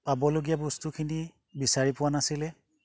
পাবলগীয়া বস্তুখিনি বিচাৰি পোৱা নাছিলে